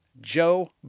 Joe